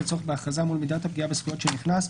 הצורך בהכרזה מול מידת הפגיעה בזכויות של נכנס,